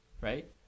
right